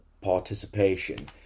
participation